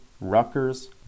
Rutgers